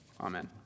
Amen